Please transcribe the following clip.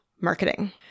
marketing